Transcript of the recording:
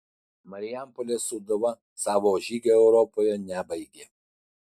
marijampolės sūduva savo žygio europoje nebaigė